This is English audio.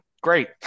Great